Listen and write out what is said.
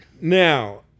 Now